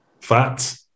Fat